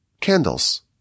candles